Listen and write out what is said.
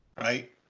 right